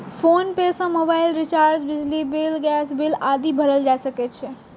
PhonePe सं mobile recharge, बिजली bill, gas bill आदि भरल जा सकै छै